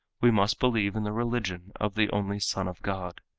we must believe in the religion of the only son of god.